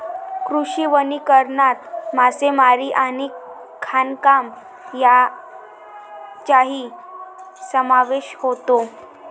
कृषी वनीकरणात मासेमारी आणि खाणकाम यांचाही समावेश होतो